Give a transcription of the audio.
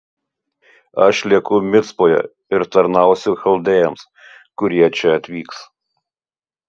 aš lieku micpoje ir tarnausiu chaldėjams kurie čia atvyks